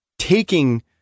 Taking